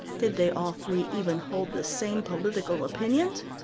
did they all three even hold the same political opinions?